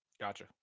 Gotcha